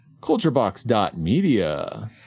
culturebox.media